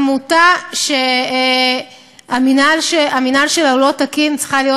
עמותה שהניהול שלה לא תקין צריכה להיות